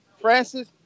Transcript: Francis